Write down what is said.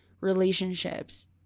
relationships